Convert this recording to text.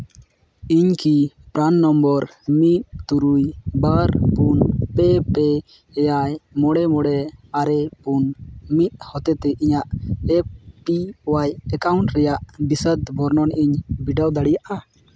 ᱤᱧᱠᱤ PRAN number ᱢᱤᱫ ᱛᱩᱨᱩᱭ ᱵᱟᱨ ᱯᱩᱱ ᱯᱮ ᱯᱮ ᱮᱭᱟᱭ ᱢᱚᱬᱮ ᱢᱚᱬᱮ ᱟᱨᱮ ᱯᱩᱱ ᱢᱤᱫ ᱦᱚᱛᱮ ᱛᱮ ᱤᱧᱟᱹᱜ ᱮ ᱯᱤ ᱚᱣᱟᱭ ᱮᱠᱟᱣᱩᱱᱴ ᱨᱮᱭᱟᱜ ᱵᱤᱥᱟᱫ ᱵᱚᱨᱱᱚᱱᱤᱧ ᱵᱤᱰᱟᱹᱣ ᱫᱟᱲᱤᱭᱟᱜᱼᱟ